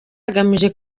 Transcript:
agamije